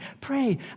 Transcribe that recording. pray